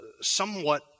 somewhat